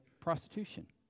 prostitution